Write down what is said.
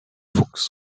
fuchs